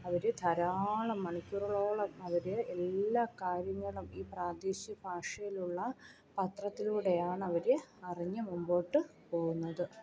അവർ ധാരാളം മണിക്കൂറുകളോളം അവർ എല്ലാ കാര്യങ്ങളും ഈ പ്രാദേശിക ഭാഷയിലുള്ള പത്രത്തിലൂടെയാണ് അവർ അറിഞ്ഞു മുമ്പോട്ട് പോകുന്നത്